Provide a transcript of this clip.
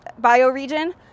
bioregion